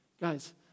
Guys